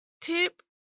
Tip